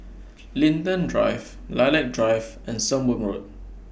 Linden Drive Lilac Drive and Sembong Road